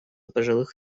пожилых